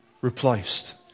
replaced